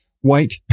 white